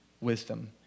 wisdom